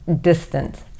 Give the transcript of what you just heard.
distance